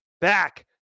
back